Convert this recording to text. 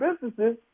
businesses